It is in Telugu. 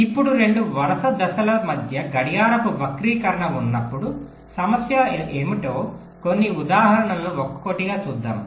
ఇప్పుడు 2 వరుస దశల మధ్య గడియారపు వక్రీకరణ ఉన్నప్పుడు సమస్యలు ఏమిటో కొన్ని ఉదాహరణలను ఒక్కొక్కటిగా చూద్దాం